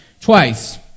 twice